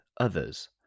others